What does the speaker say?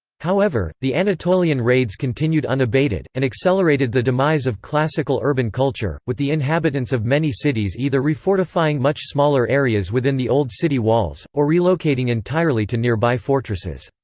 however, the anatolian raids continued unabated, and accelerated the demise of classical urban culture, with the inhabitants of many cities either refortifying much smaller areas within the old city walls, or relocating entirely to nearby fortresses.